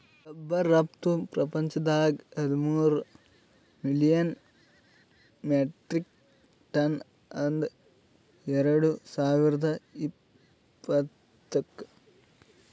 rubber ರಫ್ತು ಪ್ರಪಂಚದಾಗೆ ಹದಿಮೂರ್ ಮಿಲಿಯನ್ ಮೆಟ್ರಿಕ್ ಟನ್ ಅದ ಎರಡು ಸಾವಿರ್ದ ಇಪ್ಪತ್ತುಕ್